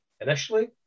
initially